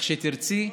כשתרצי,